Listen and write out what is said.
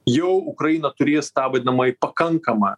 jau ukraina turės tą vadinamąjį pakankamą